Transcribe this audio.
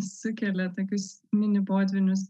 sukelia tokius mini potvynius